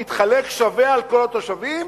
התחלק שווה על כל התושבים,